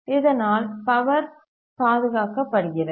இதனால் பவர் பாதுகாக்கப்படுகிறது